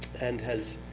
and has